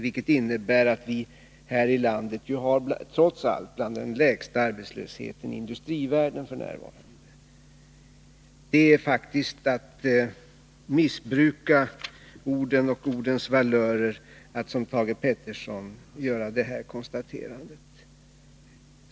Detta innebär att vi här i landet ju trots allt har bland de lägsta arbetslöshetssiffrorna i industrivärlden f. n. Det är faktiskt att missbruka orden och ordens valörer att göra ett sådant påstående som Thage Peterson gjort.